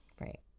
Right